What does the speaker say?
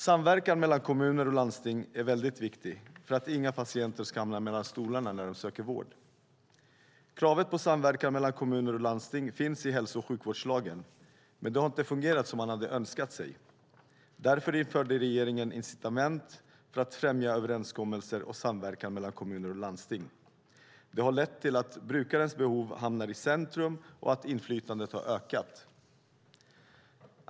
Samverkan mellan kommuner och landsting är väldigt viktig för att inga patienter ska hamna mellan stolarna när de söker vård. Kravet på samverkan mellan kommuner och landsting finns i hälso och sjukvårdslagen, men det har inte fungerat som man hade önskat. Därför införde regeringen incitament för att främja överenskommelser och samverkan mellan kommuner och landsting. Det har lett till att brukarens behov hamnar i centrum och att inflytandet har ökat.